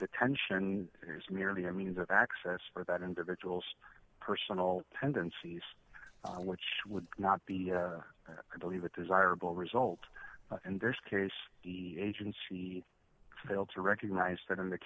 detention is merely a means of access for that individual's personal tendencies which would not be i believe a desirable result in this case the agency failed to recognise that in the